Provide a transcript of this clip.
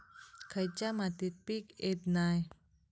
खयच्या मातीत पीक येत नाय?